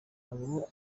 abo